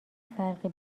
فرقی